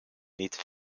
niet